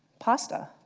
pasta?